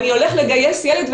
אני הולך לגייס ילד,